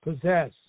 possess